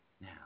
Now